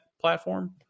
platform